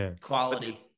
quality